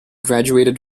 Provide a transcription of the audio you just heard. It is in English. graduated